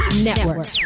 Network